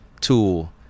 tool